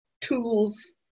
tools